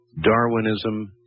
darwinism